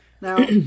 Now